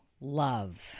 love